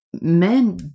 men